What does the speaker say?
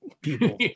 people